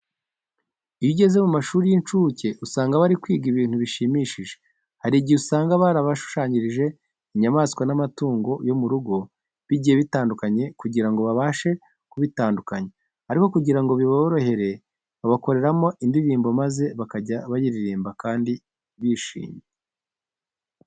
Iyo ugeze mu mashuri y'incuke usanga bari kwiga ibintu bishimishije. Hari igihe usanga barabashushanyirije inyamaswa n'amatungo yo mu rugo bigiye bitandukanye kugira ngo babashe kubitandukanya, ariko kugira ngo biborohere babakoreramo indirimbo maze bakajya bayiririmba kandi bishimye.